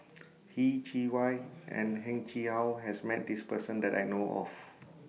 Yeh Chi Wei and Heng Chee How has Met This Person that I know of